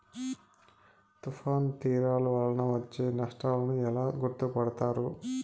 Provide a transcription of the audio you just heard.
తుఫాను తీరాలు వలన వచ్చే నష్టాలను ఎలా గుర్తుపడతారు?